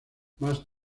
más